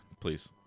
please